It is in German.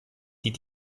die